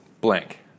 blank